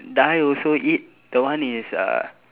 die also eat that one is uh